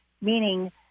meaning